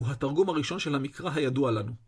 הוא התרגום הראשון של המקרא הידוע לנו.